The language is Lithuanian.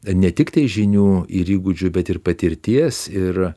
ne tiktai žinių ir įgūdžių bet ir patirties ir